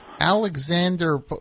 Alexander